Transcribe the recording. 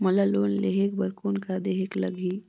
मोला लोन लेहे बर कौन का देहेक लगही?